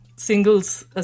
singles